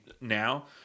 now